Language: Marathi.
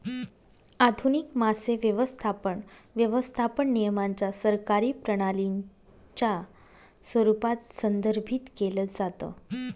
आधुनिक मासे व्यवस्थापन, व्यवस्थापन नियमांच्या सरकारी प्रणालीच्या स्वरूपात संदर्भित केलं जातं